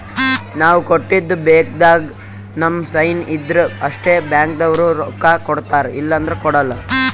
ನಾವ್ ಕೊಟ್ಟಿದ್ದ್ ಚೆಕ್ಕ್ದಾಗ್ ನಮ್ ಸೈನ್ ಇದ್ರ್ ಅಷ್ಟೇ ಬ್ಯಾಂಕ್ದವ್ರು ರೊಕ್ಕಾ ಕೊಡ್ತಾರ ಇಲ್ಲಂದ್ರ ಕೊಡಲ್ಲ